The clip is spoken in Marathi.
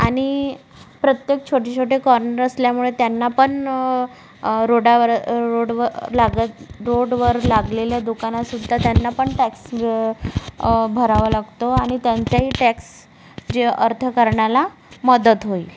आणि प्रत्येक छोटे छोटे कॉन्न असल्यामुळे त्यांना पण रोडावर रोडवर लागत रोडवर लागलेल्या दुकानात सुद्धा त्यांना पण टॅक्स भरावा लागतो आणि त्यांचाही टॅक्स जे अर्थकारणाला मदत होईल